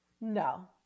No